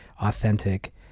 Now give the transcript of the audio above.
authentic